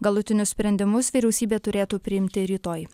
galutinius sprendimus vyriausybė turėtų priimti rytoj